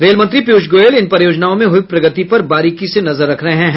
rail मंत्री पीयूष गोयल इन परियोजनाओं में हुई प्रगति पर बारीकी से नजर रख रहे हैं